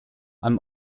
i’m